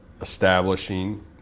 establishing